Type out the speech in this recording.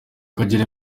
kagere